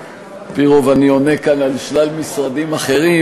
על-פי רוב אני עונה כאן על שלל משרדים אחרים,